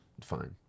fine